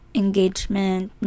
engagement